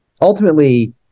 ultimately